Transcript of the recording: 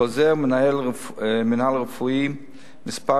חוזר מינהל רפואה מס'